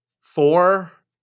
four